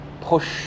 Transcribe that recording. push